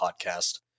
podcast